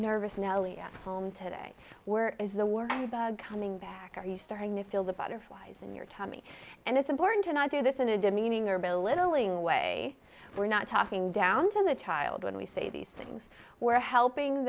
nervous nellie at home today where is the we're coming back are you starting to feel the butterflies in your tummy and it's important to not do this in a demeaning or belittling way we're not talking down to the child when we say these things we're helping